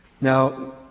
Now